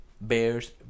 Bears